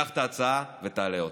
קח את ההצעה ותעלה אותה.